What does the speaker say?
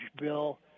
Bill